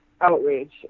Outrage